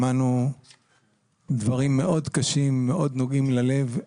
שמענו דברים מאוד קשים, מאוד נוגעים ללב,